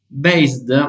based